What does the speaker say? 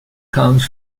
comes